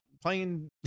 playing